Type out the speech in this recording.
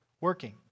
working